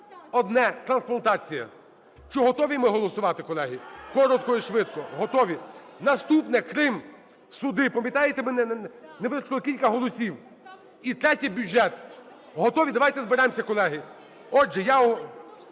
Одне – трансплантація. Чи готові ми голосувати, колеги, коротко і швидко? Готові. Наступне – Крим. Суди. Пам'ятаєте, не вистачило кілька голосів? І третє – бюджет. Готові? Давайте зберемося, колеги.